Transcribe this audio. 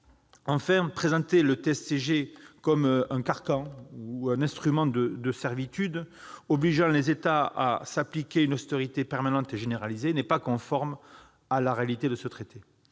Enfin, présenter le TSCG comme un carcan ou un instrument de servitude obligeant les États à s'appliquer une austérité permanente et généralisée n'est pas conforme à la réalité de ce traité.